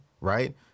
right